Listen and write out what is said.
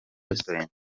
restaurant